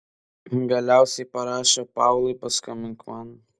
galiausiai parašė paulai paskambink man